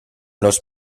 los